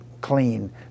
clean